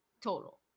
total